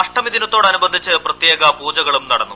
അഷ്ടമിദിനത്തോടനുബന്ധിച്ച് പ്രത്യേക പൂജകളും നടന്നു